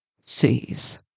sees